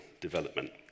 development